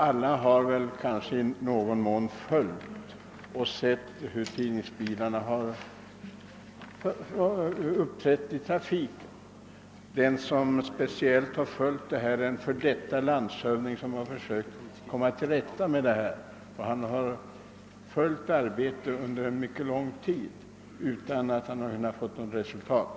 Alla har väl någon gång sett hur tidningsbilarna uppträder i trafiken. Den som särskilt har försökt att komma till rätta med saken är en f.d. landshövding som följt arbetet under mycket lång tid; men det har inte uppnåtts något resultat.